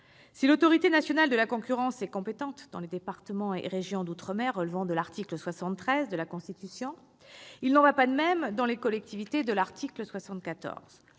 Si l'Autorité nationale de la concurrence est compétente dans les départements et régions d'outre-mer relevant de l'article 73 de la Constitution, il n'en va pas de même pour les collectivités territoriales